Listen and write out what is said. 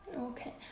Okay